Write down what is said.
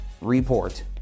report